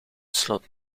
sloot